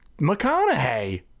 McConaughey